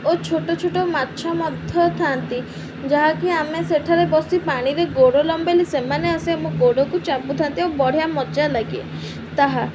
ଓ ଛୋଟ ଛୋଟ ମାଛ ମଧ୍ୟ ଥାଆନ୍ତି ଯାହାକି ଆମେ ସେଠାରେ ବସି ପାଣିରେ ଗୋଡ଼ ଲମ୍ବେଇଲେ ସେମାନେ ଆସି ମୋ ଗୋଡ଼କୁ ଚାପୁଥାନ୍ତି ଓ ବଢ଼ିଆ ମଜା ଲାଗେ ତାହା